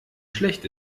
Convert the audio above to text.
schlecht